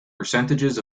percentages